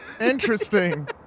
Interesting